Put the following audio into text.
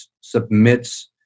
submits